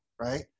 right